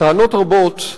טענות רבות,